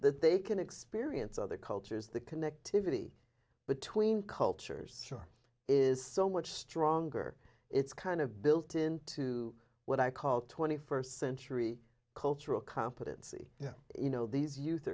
that they can experience other cultures the connectivity between cultures sure is so much stronger it's kind of built into what i call twenty first century cultural competency yeah you know these youth